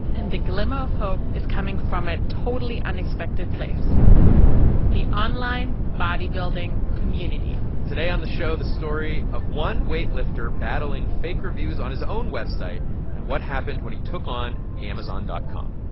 and the glimmer of hope is coming from a totally unexpected place the online bodybuilding community today on the show, the story of one weightlifter battling fake reviews on his own website and what happened when he took on amazon dot com